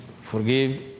forgive